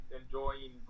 enjoying